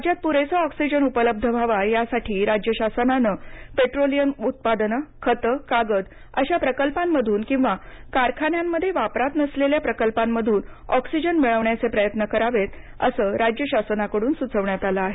राज्यात पुरेसा ऑक्सिजन उपलब्ध व्हावा या साठी राज्य शासनानं या शिवाय पेट्रोलियम उत्पादनं खतं कागद अश्या प्रकल्पांमधून किंवा कारखान्यांमध्ये वापरात नसलेल्या प्रकल्पांमधून ऑक्सिजन मिळवण्याचे प्रयत्न करावेत असं राज्य शासनाकडून सुचवण्यात आलं आहे